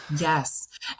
Yes